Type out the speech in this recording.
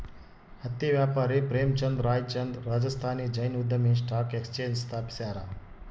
ಹತ್ತಿ ವ್ಯಾಪಾರಿ ಪ್ರೇಮಚಂದ್ ರಾಯ್ಚಂದ್ ರಾಜಸ್ಥಾನಿ ಜೈನ್ ಉದ್ಯಮಿ ಸ್ಟಾಕ್ ಎಕ್ಸ್ಚೇಂಜ್ ಸ್ಥಾಪಿಸ್ಯಾರ